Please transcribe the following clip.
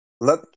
Let